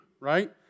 right